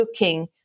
looking